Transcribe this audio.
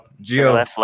Geo